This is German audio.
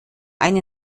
eine